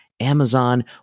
Amazon